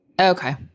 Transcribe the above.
Okay